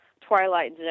twilight